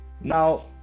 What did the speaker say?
Now